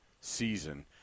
season